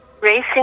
racing